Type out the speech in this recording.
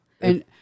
And-